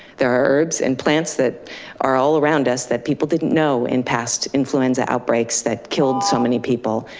there are herbs and plants that are all around us that people didn't know in past influenza outbreaks that killed so many people,